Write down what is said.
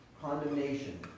condemnation